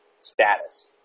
status